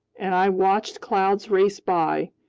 and i watched clouds race by,